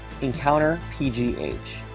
EncounterPGH